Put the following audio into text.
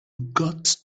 got